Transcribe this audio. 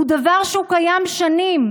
זה דבר שקיים שנים,